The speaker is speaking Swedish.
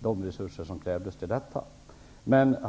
de resurser som krävdes till Finanspolisen.